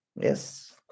Yes